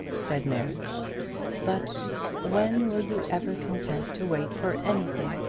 said mary but when were you ever content to wait for anything?